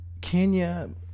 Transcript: Kenya